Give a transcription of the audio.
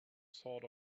sort